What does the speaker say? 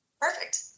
Perfect